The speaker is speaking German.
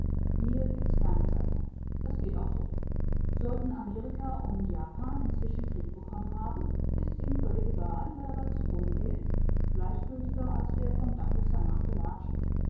hier gibt's keine zeitung es geht auch so sollten amerika und japan inzwischen krieg bekommen haben ist's ihm völlig egal wer dabei zugrunde geht gleichgültiger als der vom dackel zernagte latschen